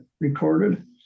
recorded